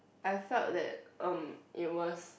I felt that erm it was